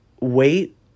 wait